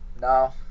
No